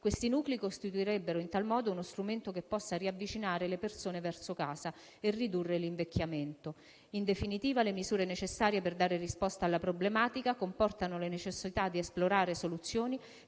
Questi nuclei costituirebbero, in tal modo, uno strumento che possa riavvicinare le persone verso casa e ridurre l'invecchiamento. In definitiva, le misure necessarie per dare risposta alla problematica comportano la necessità di esplorare soluzioni